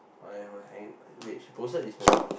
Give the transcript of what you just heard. why why hang wait she posted this morning